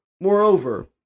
moreover